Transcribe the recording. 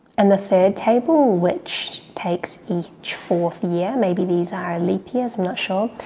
and the third table which takes each fourth year, maybe these are leap years, i'm not sure,